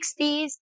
60s